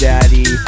Daddy